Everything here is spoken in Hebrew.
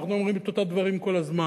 אנחנו אומרים את אותם דברים כל הזמן.